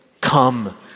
come